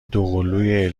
دوقلوی